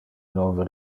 nove